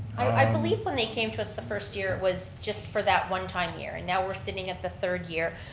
i believe when they came to us the first year, it was just for that one time year, and now we're sitting at the third year.